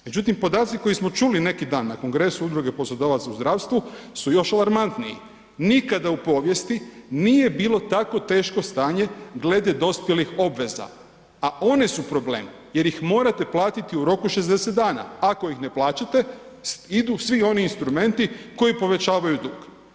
Međutim, podaci koje smo čuli neki dan na Kongresu udruge poslodavaca u zdravstvu su još alarmantniji, nikada u povijesti nije bilo tako teško stanje glede dospjelih obveza, a one su problem jer ih morate platiti u roku od 60 dana, ako ih ne plaćate idu svi oni instrumenti koji povećavaju dug.